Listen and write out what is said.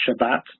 Shabbat